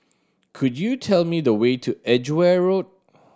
could you tell me the way to Edgeware Road